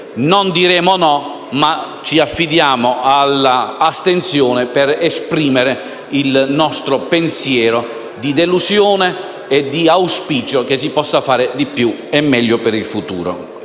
Non diremo no, ma ci affidiamo all'astensione per esprimere il nostro pensiero di delusione e di auspicio che si possa fare di più e meglio per il futuro.